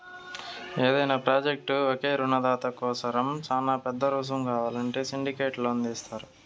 యాదైన ప్రాజెక్టుకు ఒకే రునదాత కోసరం శానా పెద్ద రునం కావాలంటే సిండికేట్ లోను తీస్తారు